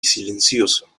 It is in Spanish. silencioso